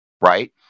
Right